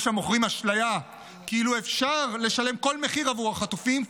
יש המוכרים אשליה כאילו אפשר לשלם כל מחיר עבור החטופים,